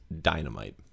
dynamite